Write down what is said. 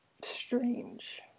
Strange